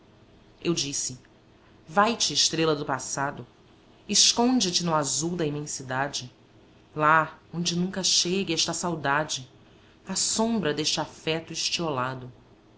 eu disse vai-te estrela do passado esconde te no azul da imensidade lá onde nunca chegue esta saudade a sombra deste afeto estiolado